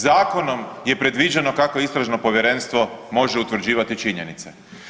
Zakonom je predviđeno kako istražno povjerenstvo može utvrđivati činjenice.